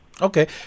Okay